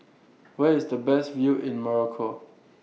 Where IS The Best View in Morocco